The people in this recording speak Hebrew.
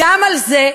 גם על זה,